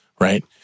Right